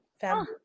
Family